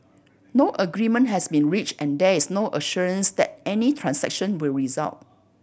no agreement has been reached and there is no assurance that any transaction will result